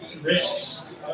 risks